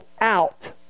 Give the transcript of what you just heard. out